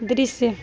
दृश्य